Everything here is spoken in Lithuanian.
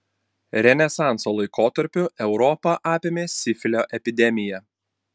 renesanso laikotarpiu europą apėmė sifilio epidemija